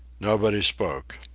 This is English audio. nobody spoke.